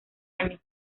años